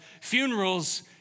funerals